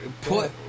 put